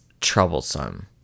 troublesome